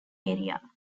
area